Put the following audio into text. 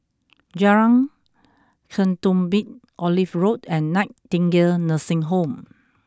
Jalan Ketumbit Olive Road and Nightingale Nursing Home